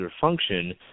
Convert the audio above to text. function